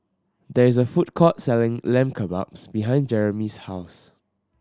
there is a food court selling Lamb Kebabs behind Jeremy's house